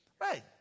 Right